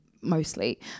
mostly